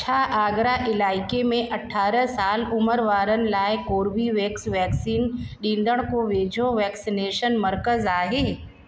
छा आगरा इलाइक़े में अठारा साल उमिरि वारनि लाइ कोर्बीवेक्स वैक्सीन ॾींदड़ु को वेझो वैक्सनेशन मर्कज़ आहे